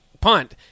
punt